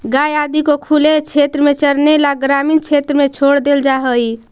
गाय आदि को खुले क्षेत्र में चरने ला ग्रामीण क्षेत्र में छोड़ देल जा हई